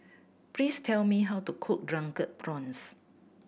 please tell me how to cook Drunken Prawns